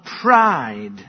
Pride